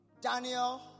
Daniel